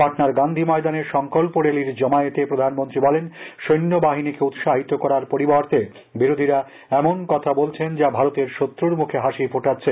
পাটনার গান্ধী ময়দানে সংকল্প রেলির জমায়েতে প্রধানমন্ত্রী বলেন সৈন্যবাহিনীকে উৎসাহিত করার পরিবর্তে বিরোধীরা এমন কথা বলছেন যা ভারতের শত্রুর মুখে হাসি ফোটাচ্ছে